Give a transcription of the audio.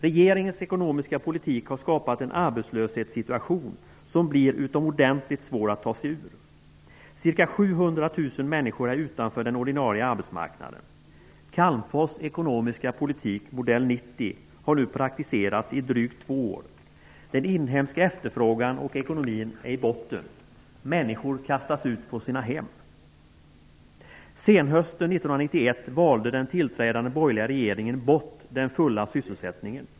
Regeringens ekonomiska politik har skapat en arbetslöshetssituation som blir utomordentligt svår att ta sig ur. Ca 700 000 människor är utanför den ordinarie arbetsmarknaden. Calmfors ekonomiska politik, modell 90, har nu praktiserats i drygt två år. Den inhemska efterfrågan och ekonomin är i botten. Människor kastas ut från sina hem. Senhösten 1991 valde den tillträdande borgerliga regeringen bort den fulla sysselsättningen.